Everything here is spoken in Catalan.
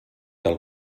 del